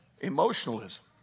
emotionalism